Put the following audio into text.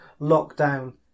lockdown